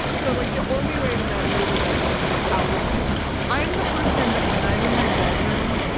so like the only way to not eat it is i have to put it out of my house. i am the person that, when i'm in my bedroom,